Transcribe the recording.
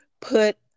put